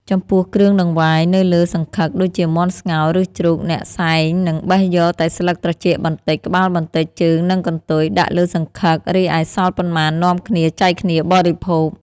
ចំពោះគ្រឿងតង្វាយនៅលើសង្ឃឹក ដូចជាមាន់ស្ងោរ ឬជ្រូក អ្នកសែងនឹងបេះយកតែស្លឹកត្រចៀកបន្តិច ក្បាលបន្តិច ជើង និងកន្ទុយ ដាក់លើសង្ឃឹក រីឯសល់ប៉ុន្មាននាំគ្នាចែកគ្នាបរិភោគ។